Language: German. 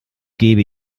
gebe